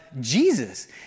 Jesus